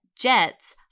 jets